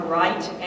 right